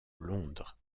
londres